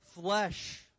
flesh